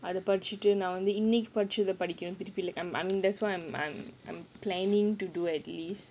other part படிச்சிட்டு வந்து இன்னைக்கு படிச்சத படிக்குறேன்:padichittu vandhu innaikku padichatha padikkuraen I'm I'm I mean that's why I'm I'm I'm planning to do at least